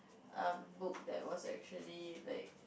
um book that was actually like